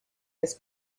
his